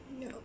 No